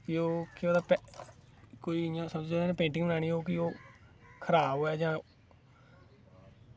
कोई इ'यां समझी लैना होऐ कि पेंटिंग बनानी होऐ खराब होऐ जां